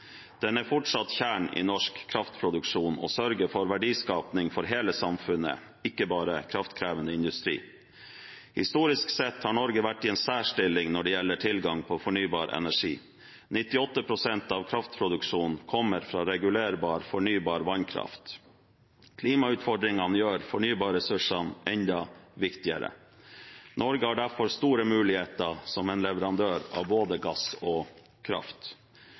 Den er fortsatt kjernen i norsk kraftproduksjon og sørger for verdiskaping for hele samfunnet, ikke bare kraftkrevende industri. Historisk sett har Norge vært i en særstilling når det gjelder tilgang på fornybar energi. 98 pst. av kraftproduksjonen kommer fra regulerbar fornybar vannkraft. Klimautfordringene gjør fornybarressursene enda viktigere. Norge har derfor store muligheter som en leverandør av både gass og kraft.